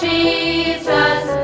Jesus